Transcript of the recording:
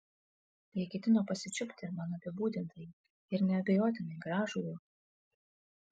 jie ketino pasičiupti mano apibūdintąjį ir neabejotinai gražų ūkį